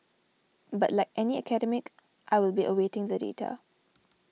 but like any academic I will be awaiting the data